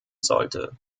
sollte